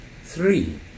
Three